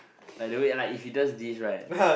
like the way if he does this right